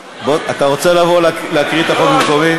אתה רוצה לבוא ולהקריא את החוק במקומי?